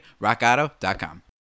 rockauto.com